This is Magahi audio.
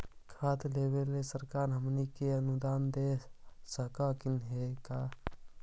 खाद लेबे सरकार हमनी के अनुदान दे सकखिन हे का?